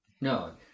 No